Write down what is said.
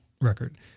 record